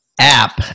app